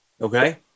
Okay